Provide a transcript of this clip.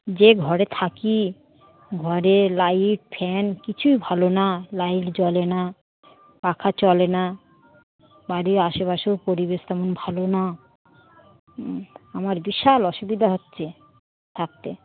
যে ঘরে থাকি ঘরে লাইট ফ্যান কিছুই ভালো না লাইট জ্বলে না পাখা চলে না বাড়ির আশেপাশেও পরিবেশ তেমন ভালো না আমার বিশাল অসুবিধা হচ্ছে থাকতে